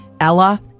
Ella